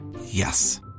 Yes